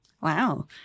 Wow